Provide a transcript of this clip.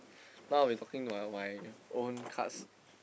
now we talking about my own cards